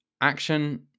Action